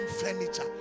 furniture